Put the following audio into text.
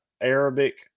Arabic